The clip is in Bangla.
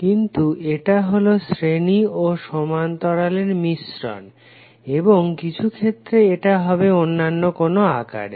কিন্তু এটা হলো শ্রেণী ও সমান্তরালের মিশ্রণ এবং কিছু ক্ষেত্রে এটা হবে অনন্য কোনো আকারে